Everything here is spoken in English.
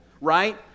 right